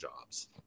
jobs